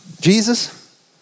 Jesus